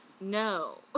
No